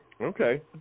Okay